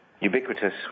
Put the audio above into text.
ubiquitous